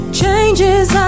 changes